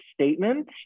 statement